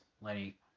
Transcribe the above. Lenny